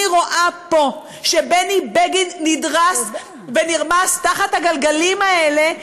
אני רואה פה שבני בגין נדרס ונרמס תחת הגלגלים האלה,